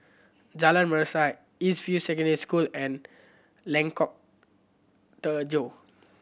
Jalan Mesra East View Secondary School and Lengkok Tujoh